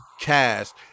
cast